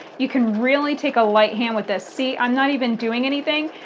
you can really take a light hand with this. see, i'm not even doing anything.